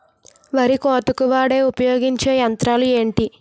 వరి కోతకు వాడే ఉపయోగించే యంత్రాలు ఏంటి?